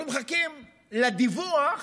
אנחנו מחכים לדיווח